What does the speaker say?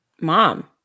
mom